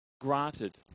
granted